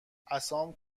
عصام